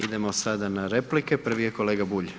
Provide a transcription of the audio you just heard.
Idemo sada na replike, prvi je kolega Bulj.